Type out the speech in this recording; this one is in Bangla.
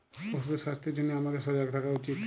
পশুদের স্বাস্থ্যের জনহে হামাদের সজাগ থাকা উচিত